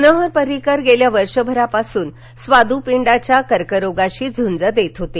मनोहर परिंकर गेल्या वर्षभरापासून स्वादूपिंडाच्या कर्करोगाशी झूंज देत होते